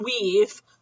weave